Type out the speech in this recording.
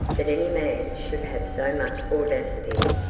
that any man should have so much audacity,